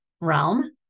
realm